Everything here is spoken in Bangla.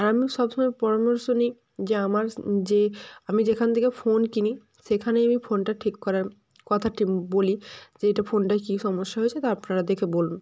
আমি সবসময় পরামর্শ নিই যা আমার যে আমি যেখান থেকে ফোন কিনি সেখানেই আমি ফোনটা ঠিক করার কথাটি বলি যে এইটা ফোনটায় কী সমস্যা হয়েছে তা আপনারা দেখে বলুন